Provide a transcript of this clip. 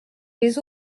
les